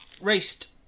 raced